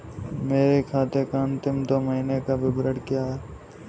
मेरे खाते का अंतिम दो महीने का विवरण क्या है?